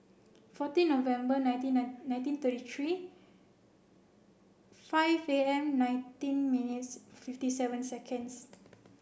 fourteen November nineteen nine nineteen thirty three five P M nineteen minutes fifty seven seconds